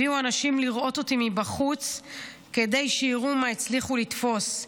הביאו אנשים לראות אותי מבחוץ כדי שיראו מה הצליחו לתפוס.